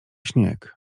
śnieg